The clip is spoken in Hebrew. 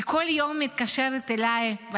היא מתקשרת אליי כל יום,